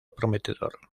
prometedor